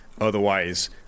Otherwise